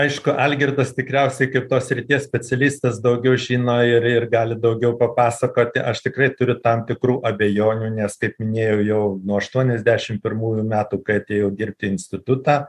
aišku algirdas tikriausiai kaip tos srities specialistas daugiau žinai ir ir gali daugiau papasakoti aš tikrai turiu tam tikrų abejonių nes kaip minėjau jau nuo aštuoniasdešim pirmųjų metų kai atėjau dirbti į institutą